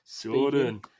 Jordan